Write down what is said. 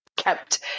kept